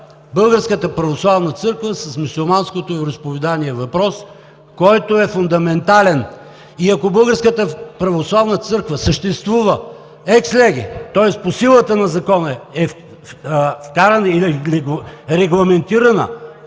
Българската православна църква с мюсюлманското вероизповедание – въпрос, който е фундаментален. И ако Българската православна църква съществува ex lege, тоест по силата на закона е регламентирана